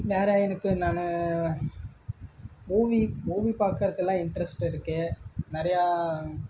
வேறு எனக்கு நான் மூவி மூவி பாக்குகிறதுலாம் இன்ட்ரெஸ்ட் இருக்கு நிறையா